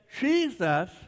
Jesus